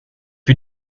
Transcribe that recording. you